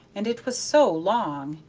and it was so long!